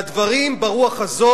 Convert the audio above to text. והדברים ברוח הזו,